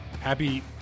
happy